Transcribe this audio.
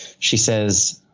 she says,